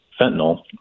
fentanyl